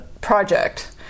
Project